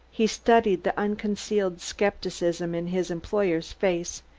he studied the unconcealed skepticism in his employer's face,